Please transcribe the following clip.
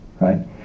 right